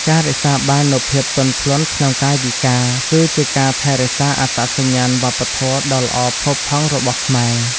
ការរក្សាបាននូវភាពទន់ភ្លន់ក្នុងកាយវិការ គឺជាការថែរក្សាអត្តសញ្ញាណវប្បធម៌ដ៏ល្អផូរផង់របស់ខ្មែរ។